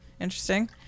Interesting